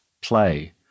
play